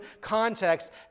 context